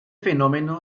fenómeno